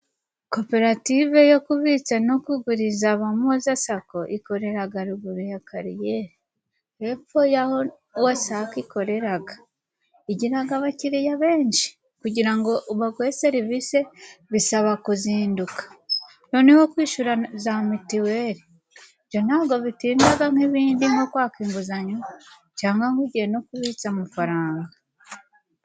Koperative yo kubitsa no kuguriza abantu bose Sako ikorera haruguru ya Kariyeri, hepfo y'aho WASAC ikoreraga. Igiraga abakiriya benshi. kugira ngo baguhe serivisi bisaba kuzinduka, noneho kwishura za mitiweli, ibyo ntabwo bitindaga nk'ibindi nko kwaka inguzanyo cyangwa ngo ugiye no kubitsa amafaranga.